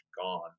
gone